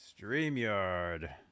StreamYard